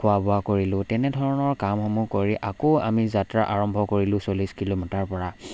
খোৱা বোৱা কৰিলো তেনেধৰণৰ কামসমূহ কৰি আকৌ আমি যাত্ৰা আৰম্ভ কৰিলো চল্লিছ কিলোমিটাৰ পৰা